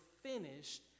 finished